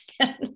again